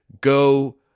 go